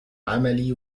عملي